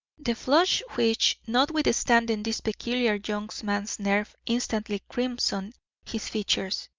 the flush which, notwithstanding this peculiar young man's nerve, instantly crimsoned his features,